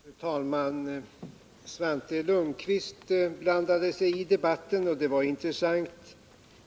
Fru talman! Svante Lundkvist blandade sig i debatten — och det var intressant.